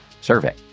survey